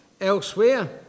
elsewhere